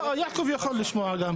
לא, יעקב יכול גם לשמוע.